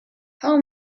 how